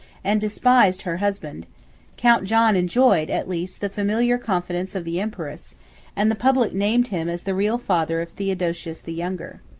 and despised her husband count john enjoyed, at least, the familiar confidence of the empress and the public named him as the real father of theodosius the younger.